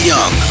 Young